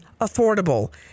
affordable